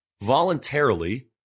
voluntarily